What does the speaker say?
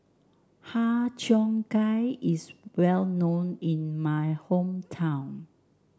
Har Cheong Gai is well known in my hometown